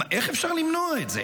איך אפשר למנוע את זה?